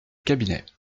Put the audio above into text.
cabinet